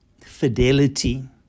fidelity